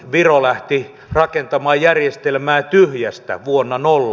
viro lähti rakentamaan järjestelmää tyhjästä vuonna nolla